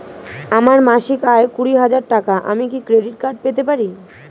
আমার মাসিক আয় কুড়ি হাজার টাকা আমি কি ক্রেডিট কার্ড পেতে পারি?